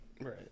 Right